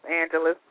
Angeles